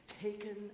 taken